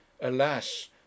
Alas